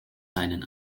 seinen